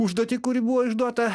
užduotį kuri buvo išduota